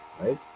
Right